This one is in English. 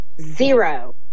zero